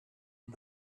and